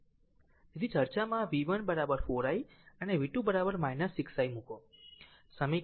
તેથી ચર્ચામાં v 1 4 i અને v 2 6 i મૂકો